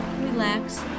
relax